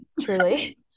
truly